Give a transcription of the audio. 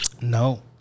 no